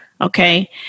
Okay